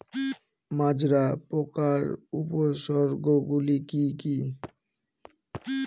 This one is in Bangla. মাজরা পোকার উপসর্গগুলি কি কি?